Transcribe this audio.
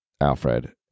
alfred